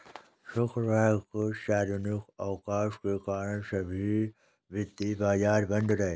शुक्रवार को सार्वजनिक अवकाश के कारण सभी वित्तीय बाजार बंद रहे